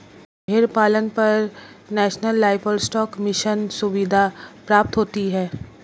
भेड़ पालन पर नेशनल लाइवस्टोक मिशन सुविधा प्राप्त होती है